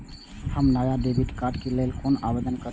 हम नया debit card के लल कौना आवेदन करि?